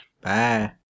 Bye